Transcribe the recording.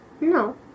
No